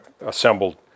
assembled